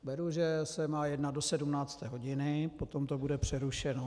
Beru, že se má jednat do 17. hodiny, potom to bude přerušeno.